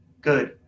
good